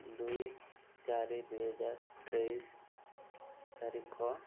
ଦୁଇ ଚାରି ଦୁଇହଜାର ତେଇଶି ତାରିଖ